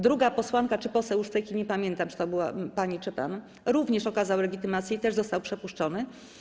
Druga posłanka - czy poseł, już w tej chwili nie pamiętam, czy to była pani, czy pan - również okazała legitymację i też została przepuszczona.